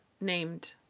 named